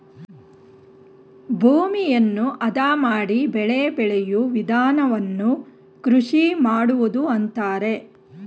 ಭೂಮಿಯನ್ನು ಅದ ಮಾಡಿ ಬೆಳೆ ಬೆಳೆಯೂ ವಿಧಾನವನ್ನು ಕೃಷಿ ಮಾಡುವುದು ಅಂತರೆ